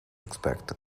expect